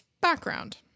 Background